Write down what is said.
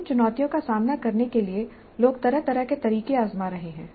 इन चुनौतियों का सामना करने के लिए लोग तरह तरह के तरीके आजमा रहे हैं